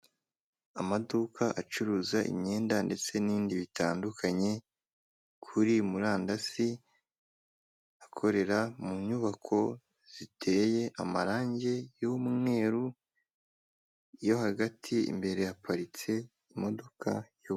Ugize ejo hezo ukazigamira umwana wawe ku buryo ushobora kugira ikibazo, yamafaranga bakayamuhereza cyangwa se waba uri umusore warabikoze hakiri kare, ukagenda bagahita bayaguhereza ushobora kubaka nibwo buryo bashyizeho. Urabona ko hano rero ni urubyiruko ndetse n'abandi bari kubyamamaza rwose bari kumwe n'inzego z'umutekano niba ndi kureba neza.